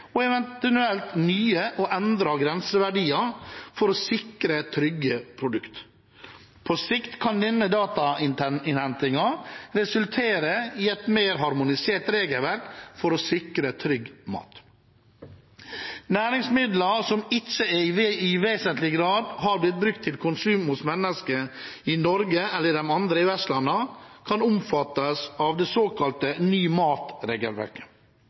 og eventuelt nye og endrede grenseverdier for å sikre trygge produkter. På sikt kan denne datainnhentingen resultere i et mer harmonisert regelverk for å sikre trygg mat. Næringsmidler som ikke i vesentlig grad har blitt brukt til konsum hos mennesker i Norge eller andre EØS-land, kan omfattes av det såkalte ny